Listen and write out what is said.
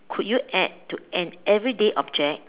could you add to an everyday object